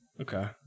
Okay